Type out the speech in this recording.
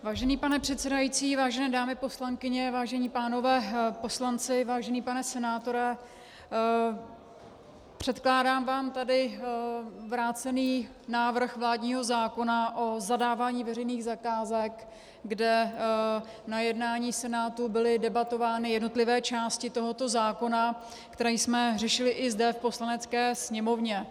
Vážený pane předsedající, vážené dámy poslankyně, vážení pánové poslanci, vážený pane senátore, předkládám vám tady vrácený návrh vládního zákona o zadávání veřejných zakázek, kde na jednání Senátu byly debatovány jednotlivé části tohoto zákona, které jsme řešili i zde v Poslanecké sněmovně.